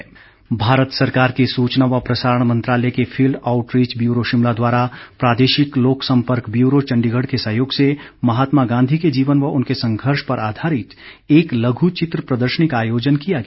प्रदर्शनी भारत सरकार के सूचना व प्रसारण मंत्रालय के फील्ड आउटरीच ब्यूरो शिमला द्वारा प्रादेशिक लोक संपर्क ब्यूरो चंडीगढ़ के सहयोग से महात्मा गांधी के जीवन व उनके संघर्ष पर आधारित एक लघु चित्र प्रदर्शनी का आयोजन किया गया